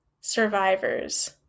survivors